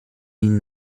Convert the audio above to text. ihn